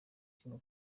kimwe